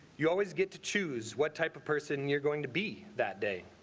you always get to choose what type of person you're going to be that day